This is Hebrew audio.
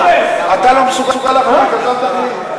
אתה לא מסוגל להחליט, אז אל תחליט.